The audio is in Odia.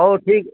ହଉ ଠିକ୍